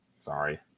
Sorry